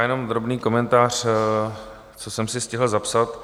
Jenom drobný komentář, co jsem si stihl zapsat.